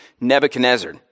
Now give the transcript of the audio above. Nebuchadnezzar